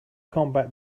combat